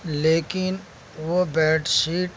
لیکن وہ bed sheet